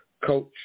coach